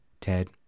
Ted